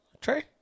Trey